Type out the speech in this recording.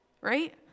right